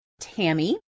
Tammy